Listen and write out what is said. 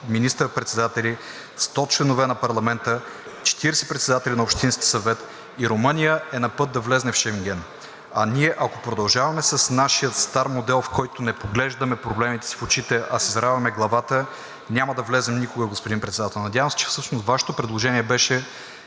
министър-председатели, 100 членове на парламента, 40 председатели на общински съвети и Румъния е на път да влезе в Шенген. А ние, ако продължаваме с нашия стар модел, в който не поглеждаме проблемите си в очите, а си заравяме главата, няма да влезем никога, господин Председател. Надявам се, че всъщност Вашето предложение беше